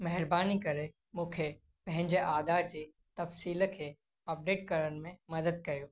महिरबानी करे मूंखे पंहिंजे आधार जे तफ्सील खे अपडेट करण में मदद कयो